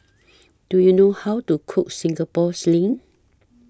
Do YOU know How to Cook Singapore Sling